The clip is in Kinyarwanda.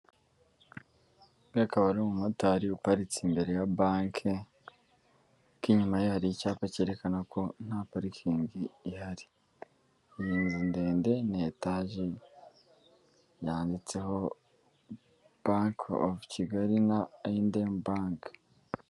Uyu akaba ari umumotari uparitse imbere ya banki ariko inyuma ye hari icyapa cyerekana ko nta parikingi ihari ndende na etaje yanditseho banki ovu Kigali na Ayendemu banki.